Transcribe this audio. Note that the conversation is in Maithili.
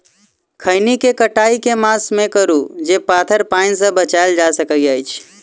खैनी केँ कटाई केँ मास मे करू जे पथर पानि सँ बचाएल जा सकय अछि?